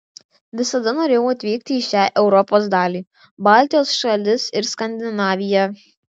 visada norėjau atvykti į šią europos dalį baltijos šalis ir skandinaviją